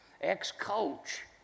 ex-coach